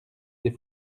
des